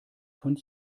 von